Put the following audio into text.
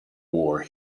war